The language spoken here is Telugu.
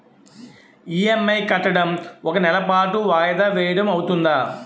ఇ.ఎం.ఐ కట్టడం ఒక నెల పాటు వాయిదా వేయటం అవ్తుందా?